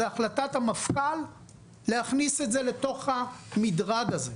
זאת החלטת המפכ"ל להכניס את זה לתוך המדרג הזה.